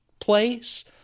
place